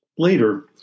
Later